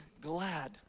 glad